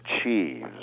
achieves